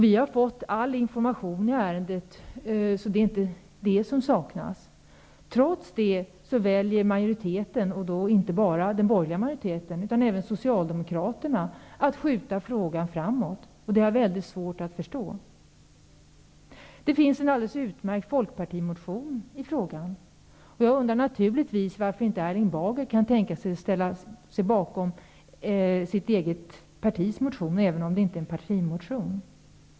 Vi har fått all information i ärendet, så det är inte detta som saknas. Trots det väljer majoriteten, inte bara den borgerliga majoriteten utan även Socialdemokraterna, att skjuta frågan framåt. Det har jag mycket svårt att förstå. Det finns en alldeles utmärkt folkpartimotion i frågan. Jag undrar naturligtvis varför Erling Bager inte kan tänka sig att ställa sig bakom sitt eget partis motion, även om det inte är en partimotion.